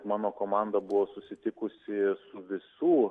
mano komanda buvo susitikusi su visų